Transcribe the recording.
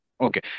Okay